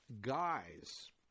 guys